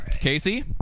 Casey